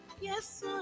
Yes